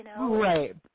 Right